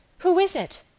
who is it?